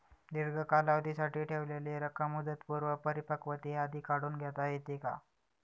दीर्घ कालावधीसाठी ठेवलेली रक्कम मुदतपूर्व परिपक्वतेआधी काढून घेता येते का?